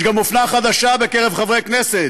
יש גם אופנה חדשה בקרב חברי כנסת